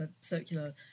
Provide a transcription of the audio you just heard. circular